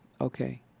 Okay